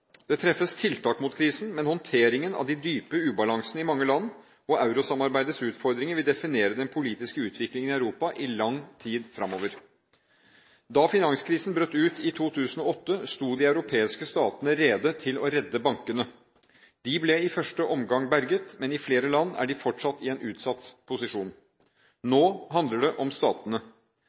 Det treffes tiltak mot krisen, men håndteringen av de dype ubalansene i mange land og eurosamarbeidets utfordringer vil definere den politiske utvikling i Europa i lang tid fremover. Da finanskrisen brøt ut i 2008, sto de europeiske statene rede til å redde bankene. De ble i første omgang berget, men i flere land er de fortsatt i en utsatt posisjon. Nå handler det om statene.